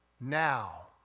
now